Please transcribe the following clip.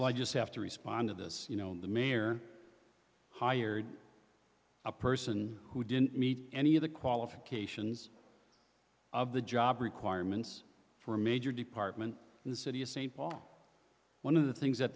la just have to respond to this you know the mayor hired a person who didn't meet any of the qualifications of the job requirements for a major department in the city of st paul one of the things that